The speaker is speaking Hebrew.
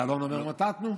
יעלון אומר: מוטטנו.